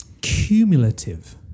cumulative